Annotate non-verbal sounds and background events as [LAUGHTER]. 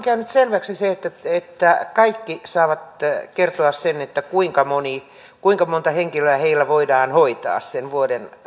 [UNINTELLIGIBLE] käynyt selväksi se että kaikki saavat kertoa sen kuinka monta henkilöä heillä voidaan hoitaa sen vuoden